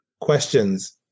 questions